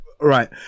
right